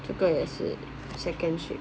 这个也是 second shape